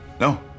no